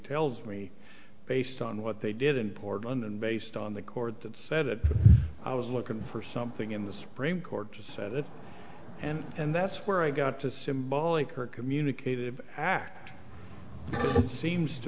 tells me based on what they did in portland and based on the court that said that i was looking for something in the supreme court just said it and and that's where i got to symbolic or communicate act seems to